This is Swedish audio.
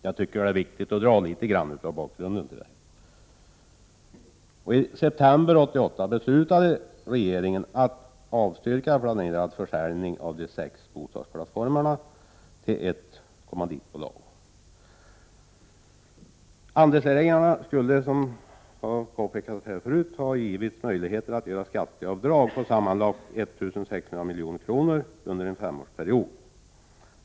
Jag tycker att det är viktigt att återge något av bakgrunden. I september 1988 beslutade regeringen att avstyrka en planerad försäljning av de sex bostadsplattformarna till ett kommanditbolag. Andelsägarna skulle, som har påpekats här tidigare, ha givits möjlighet att göra skatteavdrag med sammanlagt 1 600 milj.kr. under en femårsperiod.